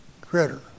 critter